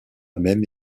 même